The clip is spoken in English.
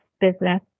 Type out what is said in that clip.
business